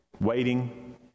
waiting